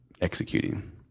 executing